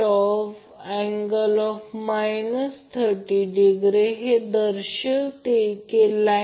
त्याचप्रमाणे Ic Ia angle 120° येथे Ia Vp√3 angle Z Zy भरा आणि अँगल 90° मिळेल